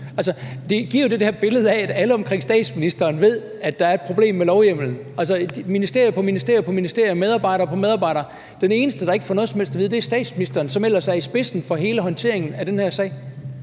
det giver jo det her billede af, at alle omkring statsministeren ved, at der er et problem med lovhjemlen – ministerium på ministerium, medarbejder på medarbejder – og den eneste, der ikke får noget som helst at vide, er statsministeren, som ellers er i spidsen for hele håndteringen af den her sag.